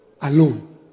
alone